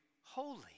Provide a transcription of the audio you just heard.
holy